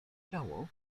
ciało